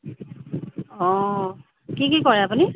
অঁ কি কি কৰে আপুনি